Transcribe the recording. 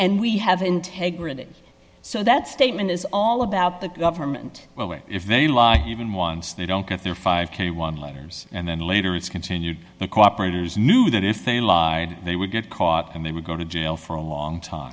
and we have integrity so that statement is all about the government well way if they lie even once they don't get their five k one liners and then later it's continue to cooperate is knew that if they would get caught and they would go to jail for a long time